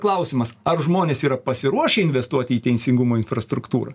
klausimas ar žmonės yra pasiruošę investuoti į teisingumo infrastruktūrą